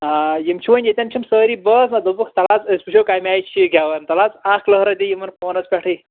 آ یِم چھِ وۅنۍ ییٚتٮ۪ن چھِم سٲری بٲژ نا دوٚپُکھ تَلہٕ حظ أسۍ وُچھو کَمہِ آیہِ چھِ یہِ گٮ۪وان تَلہٕ حظ اَکھ لہرا دِیہِ یِمن فونَس پٮ۪ٹھٕے